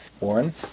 Warren